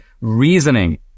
reasoning